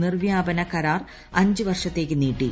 നിർവ്യാപന കരാർ അഞ്ച് വർഷത്തേക്ക് നീട്ടി